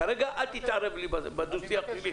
כרגע אל תתערב לי בדו-שיח הפנימי.